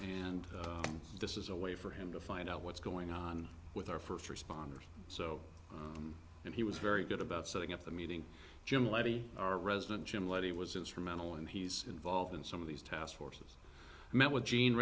and this is a way for him to find out what's going on with our first responders so and he was very good about setting up the meeting jim levy our resident jim levy was instrumental and he's involved in some of these task forces met with